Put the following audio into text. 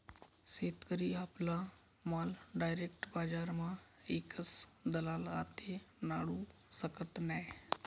शेतकरी आपला माल डायरेक बजारमा ईकस दलाल आते नाडू शकत नै